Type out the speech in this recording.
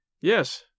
Yes